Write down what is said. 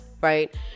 Right